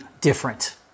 different